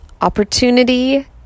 opportunity